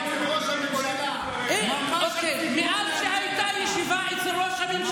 יש תחושה אצל ארגוני הפשע שהם יכולים לעשות מה שעולה על רוחם,